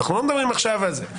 אנחנו לא מדברים עכשיו על זה.